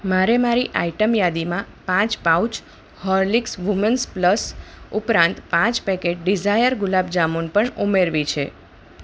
મારે મારી આઈટમ યાદીમાં પાંચ પાઉચ હોર્લિક્સ વુમન્સ પ્લસ ઉપરાંત પાંચ પેકેટ ડિઝાયર ગુલાબ જામુન પણ ઉમેરવી છે